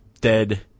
dead